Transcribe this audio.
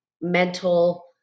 mental